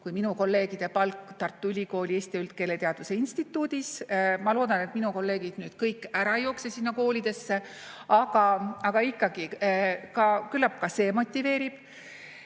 kui minu kolleegide palk Tartu Ülikooli eesti ja üldkeeleteaduse instituudis, ma loodan, et minu kolleegid nüüd kõik ära ei jookse nendesse koolidesse, aga küllap ka see motiveerib.